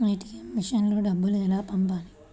ATM మెషిన్లో డబ్బులు ఎలా పంపాలి?